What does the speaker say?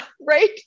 right